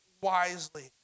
wisely